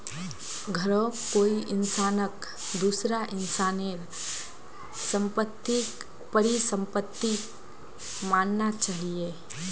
घरौंक कोई इंसानक दूसरा इंसानेर सम्पत्तिक परिसम्पत्ति मानना चाहिये